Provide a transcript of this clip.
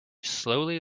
slowly